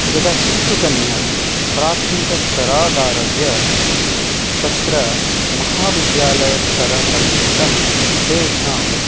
यदा शिशुकन्या प्राथमिक स्तरादारभ्य तत्र महाविद्यालयस्तरपर्यन्तं तेषाम्